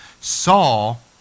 saul